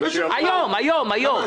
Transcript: אם נעביר להם את הבקשה אז